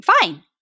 fine